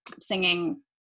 singing